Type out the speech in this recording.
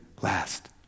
last